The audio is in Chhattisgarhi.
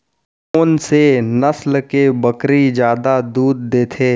कोन से नस्ल के बकरी जादा दूध देथे